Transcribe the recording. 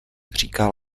říká